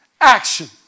action